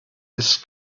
isst